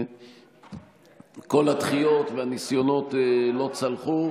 משכל הדחיות והניסיונות לא צלחו,